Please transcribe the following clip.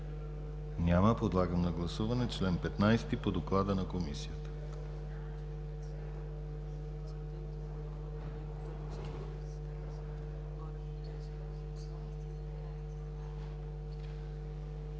Няма. Подлагам на гласуване чл. 15 по доклада на Комисията.